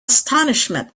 astonishment